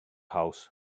house